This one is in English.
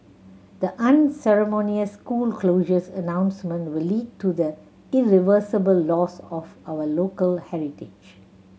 the unceremonious school closures announcement will lead to the irreversible loss of our local heritage